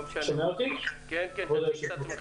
שלום לכולם,